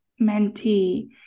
mentee